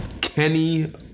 Kenny